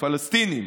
פלסטינים.